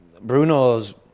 Bruno's